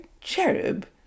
cherub